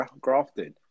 grafted